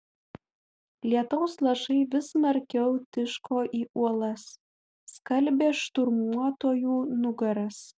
lietaus lašai vis smarkiau tiško į uolas skalbė šturmuotojų nugaras